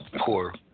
Poor